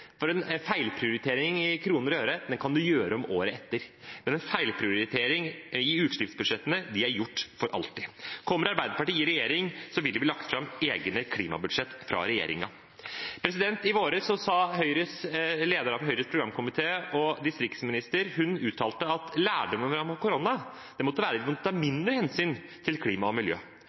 for en feilprioritering i kroner og øre kan en gjøre om på året etter, men en feilprioritering i utslippsbudsjettene er gjort for alltid. Kommer Arbeiderpartiet i regjering, vil det bli lagt fram egne klimabudsjett fra regjeringen. I vår sa leder av Høyres programkomité og distriktsminister at lærdommen vi måtte ta fra korona, var at vi måtte ta mindre hensyn til klima og miljø.